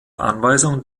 anweisung